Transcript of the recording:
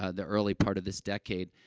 ah the early part of this decade,